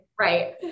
right